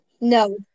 No